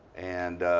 and